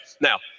Now